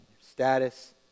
status